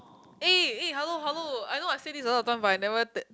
eh eh hello hello I know I said this a lot of time but I never t~